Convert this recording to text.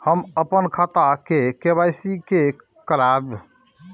हम अपन खाता के के.वाई.सी के करायब?